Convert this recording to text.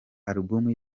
alubumu